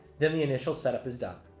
then the initial setup is done.